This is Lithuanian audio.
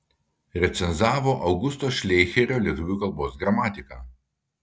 recenzavo augusto šleicherio lietuvių kalbos gramatiką